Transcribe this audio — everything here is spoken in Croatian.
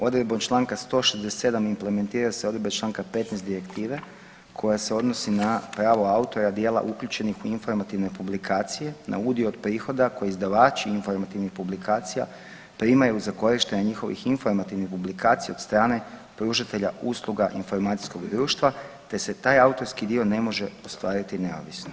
Odredba čl. 167 implementira se odredba iz čl. 15 Direktive koja se odnosi na pravo autora djela uključenih u informativne publikacije na udio od prihoda koji izdavač informativnih publikacija primaju za korištenje njihovih informativnih publikacija od strane pružatelja usluga informacijskog društva te se taj autorski dio ne može ostvariti neovisno.